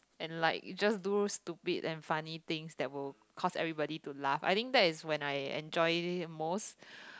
and like just do stupid and funny things that will cause everybody to laugh I think that is when I enjoy it the most